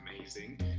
amazing